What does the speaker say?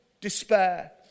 despair